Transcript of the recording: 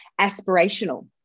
aspirational